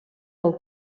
del